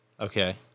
Okay